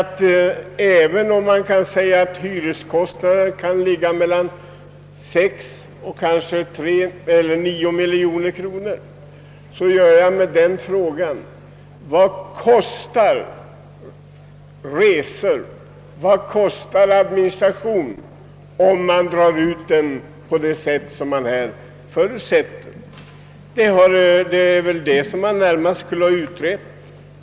Hyreskostnaden kan ju komma att ligga var som helst mellan 3 och 9 miljoner kronor men jag ställer också frågan: Vad kostar resor, administration m.m. om riksdagen flyttas på det sätt som här förutsättes? Det var väl närmast det man skulle ha utrett.